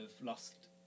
Lost